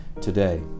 today